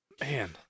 Man